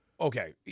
Okay